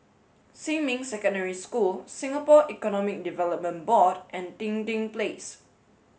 Xinmin Secondary School Singapore Economic Development Board and Dinding Place